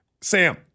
Sam